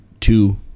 two